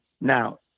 Now